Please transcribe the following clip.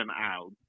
out